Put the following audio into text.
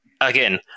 again